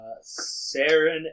Saren